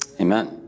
Amen